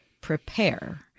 prepare